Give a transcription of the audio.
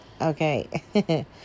okay